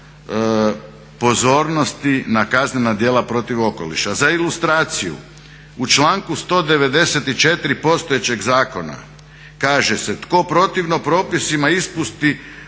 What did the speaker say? pozornosti na kaznena djela protiv okoliša. Za ilustraciju, u članku 194. postojećeg zakona kaže se: "Tko protivno propisima ispusti